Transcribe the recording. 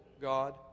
God